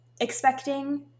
expecting